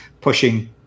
pushing